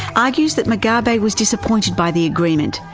argues that mugabe was disappointed by the agreement,